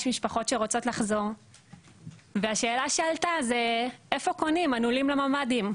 יש משפחות שרוצות לחזור והשאלה שעלתה זה איפה קונים מנעולים לממ"דים,